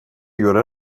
göre